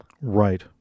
Right